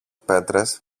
πέτρες